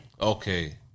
Okay